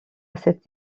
cette